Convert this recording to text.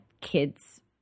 kid's